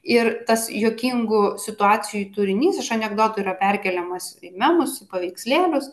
ir tas juokingų situacijų turinys iš anekdotų yra perkeliamas į memus į paveikslėlius